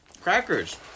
crackers